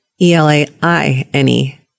E-L-A-I-N-E